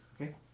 Okay